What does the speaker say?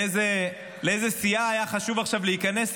לאיזו סיעה היה חשוב עכשיו להיכנס,